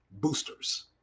boosters